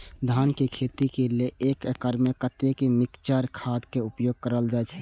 धान के खेती लय एक एकड़ में कते मिक्चर खाद के उपयोग करल जाय?